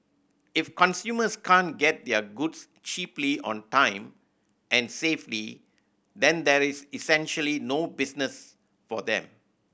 if consumers can't get their goods cheaply on time and safely then there's essentially no business for them